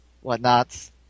whatnots